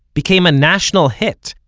became a national hit,